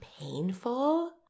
painful